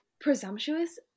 presumptuous